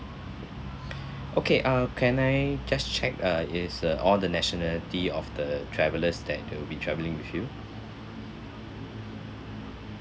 okay uh can I just check uh is uh all the nationality of the travelers that it will be traveling with you